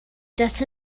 that